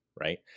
Right